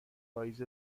پائیز